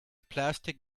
plastic